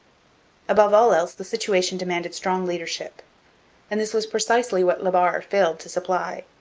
above all else the situation demanded strong leadership and this was precisely what la barre failed to supply.